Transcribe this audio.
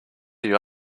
you